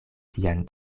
sian